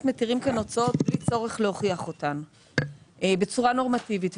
מתירים כאן הוצאות בלי צורך להוכיח אותן בצורה נורמטיבית,